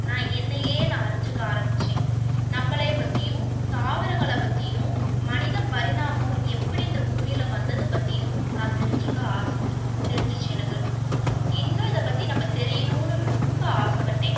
நான் என்னையே நான் அறிஞ்சிக்க ஆரம்பிச்சேன் நம்மளைய பற்றியும் தாவரங்களை பற்றியும் மனிதப் பரிணாமம் எப்படி இந்த பூமியில் வந்தது பற்றியும் நான் தெரிஞ்சுக்க ஆசைப்பட்டு தெரிஞ்சுச்சி எனக்கு இன்றும் இதை பற்றி நம்ம தெரியுணுன்னு ரொம்ப ஆசைப்பட்டேன்